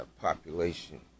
Population